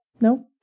no